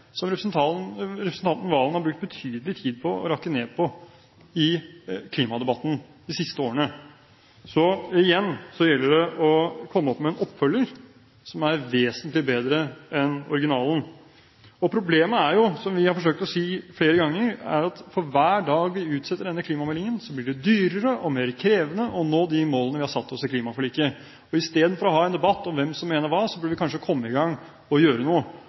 som representanten Serigstad Valen har brukt betydelig tid på å rakke ned på i klimadebatten de siste årene. Så igjen gjelder det å komme opp med en oppfølger som er vesentlig bedre enn originalen. Problemet er jo – som vi har forsøkt å si flere ganger – at for hver dag vi utsetter denne klimameldingen, blir det dyrere og mer krevende å nå de målene vi har satt oss i klimaforliket. I stedet for å ha en debatt om hvem som mener hva, burde vi kanskje komme i gang med å gjøre noe.